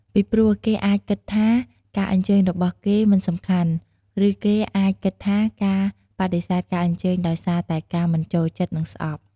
ពីព្រោះគេអាចគិតថាការអញ្ជើញរបស់គេមិនសំខាន់ ឬគេអាចគិតថាការបដិសេធការអញ្ជើញដោយសារតែការមិនចូលចិត្ត និងស្អប់។